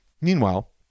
Meanwhile